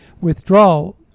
withdrawal